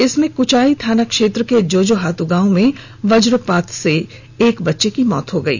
इसमें कुचाई थाना क्षेत्र के जोजोहातु गांव में बजपात से एक बच्चे की मौत हो गई